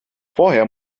vorher